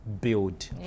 build